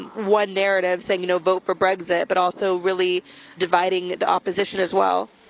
one narrative saying, you know, vote for brexit, but also really dividing the opposition as well.